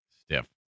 stiff